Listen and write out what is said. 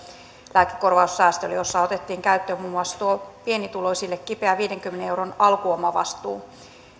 lääkekorvaussäästölle jossa otettiin käyttöön muun muassa tuo pienituloisille kipeä viidenkymmenen euron alkuomavastuu